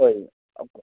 ꯍꯣꯏ